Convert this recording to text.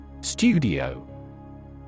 Studio